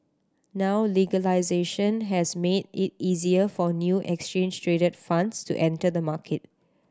now legalisation has made it easier for new exchange traded funds to enter the market